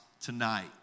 tonight